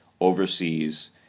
overseas